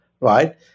right